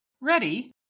ready